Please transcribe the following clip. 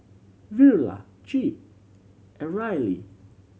Verla Jep and Rylie